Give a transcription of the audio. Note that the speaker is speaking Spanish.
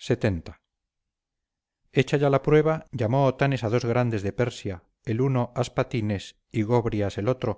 lxx hecha ya la prueba llamó otanes a dos grandes de persia el uno aspatines y gobrias el otro